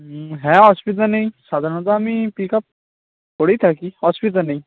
হুম হ্যাঁ অসুবিধা নেই সাধারণত আমি পিক আপ করেই থাকি অসুবিধা নেই